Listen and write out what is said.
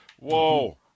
whoa